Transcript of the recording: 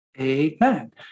Amen